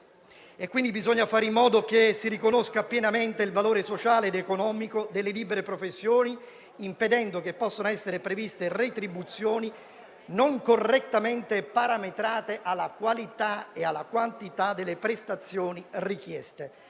quindi fare in modo che si riconosca pienamente il valore sociale ed economico delle libere professioni, impedendo che possano essere previste retribuzioni non correttamente parametrate alla qualità e alla quantità delle prestazioni richieste.